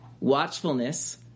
Watchfulness